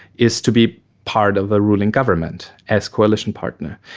is to be part of a ruling government as coalition partner.